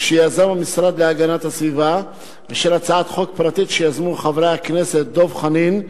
שיזם המשרד להגנת הסביבה ושל הצעת חוק פרטית שיזמו חברי הכנסת דב חנין,